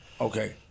Okay